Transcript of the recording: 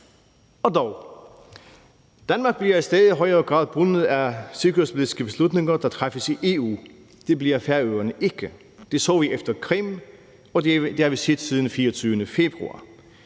Og dog – Danmark bliver i stadig højere grad bundet af sikkerhedspolitiske beslutninger, der træffes i EU; det bliver Færøerne ikke. Det så vi efter Krim, og det har vi set siden den 24. februar.